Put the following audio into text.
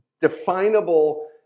definable